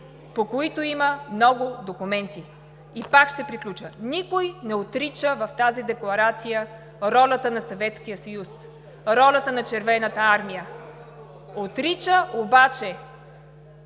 по които има много документи. И пак ще приключа: никой не отрича в тази декларация ролята на Съветския съюз, ролята на Червената армия. Отрича обаче